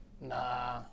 Nah